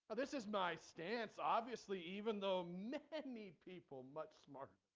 this is my stance obviously even though meant that need people much more.